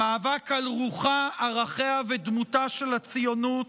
המאבק על רוחה, ערכיה ודמותה של הציונות,